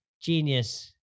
genius